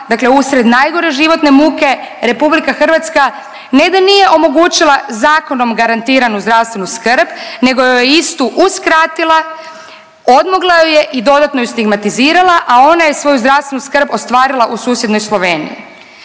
dakle usred najgore životne muke RH ne da nije omogućila zakonom garantiranu zdravstvenu skrb nego joj je istu uskratila, odmogla joj je i dodatno ju stigmatizirala, a ona je svoju zdravstvenu skrb ostvarila u susjednoj Sloveniji,